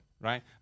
right